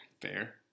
Fair